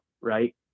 right